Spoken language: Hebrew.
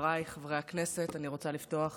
חבריי חברי הכנסת, אני רוצה לפתוח